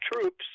troops